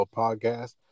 podcast